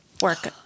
work